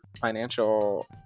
financial